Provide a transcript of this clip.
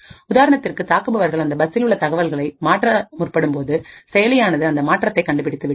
உதாரணத்திற்கு தாக்குபவர்கள் அந்த பஸ்சில் உள்ள தகவல்களை மாற்ற முற்படும்போது செயலியானது அந்த மாற்றத்தை கண்டுபிடித்துவிடும்